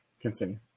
Continue